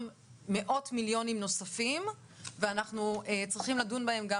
מאות מיליוני שקלים נוספים ואנחנו צריכים לדון בהם גם